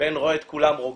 בן רואה את כולם רוקדים,